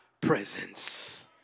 presence